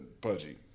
pudgy